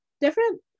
different